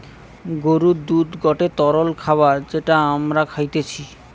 গরুর দুধ গটে তরল খাবার যেটা আমরা খাইতিছে